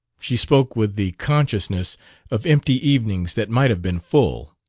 she spoke with the consciousness of empty evenings that might have been full.